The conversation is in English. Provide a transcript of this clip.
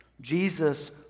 Jesus